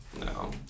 no